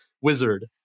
wizard